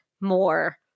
more